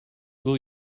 will